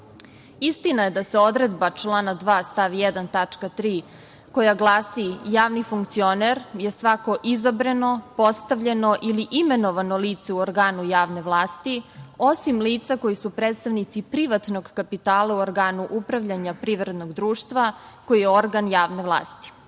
roku. Istina je da se odredba člana 2. stav 1. tačka 3. koja glasi – Javni funkcioner je svako izabrano, postavljeno ili imenovano lice u organu javne vlasti, osim lica koji su predstavnici privatnog kapitala u organu upravljanja privrednog društva, koji je organ javne vlasti. Ovo